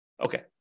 Okay